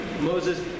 Moses